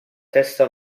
testa